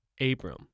Abram